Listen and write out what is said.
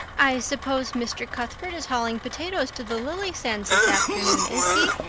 i suppose mr. cuthbert is hauling potatoes to the lily sands this afternoon, is he?